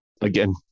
again